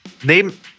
Name